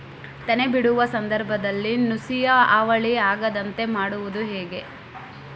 ತೆನೆ ಬಿಡುವ ಸಂದರ್ಭದಲ್ಲಿ ನುಸಿಯ ಹಾವಳಿ ಆಗದಂತೆ ಮಾಡುವುದು ಹೇಗೆ?